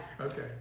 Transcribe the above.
Okay